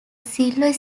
silver